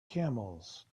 camels